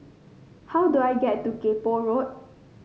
how do I get to Kay Poh Road